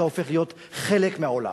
אתה הופך להיות חלק מהעולם.